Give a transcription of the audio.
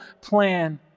plan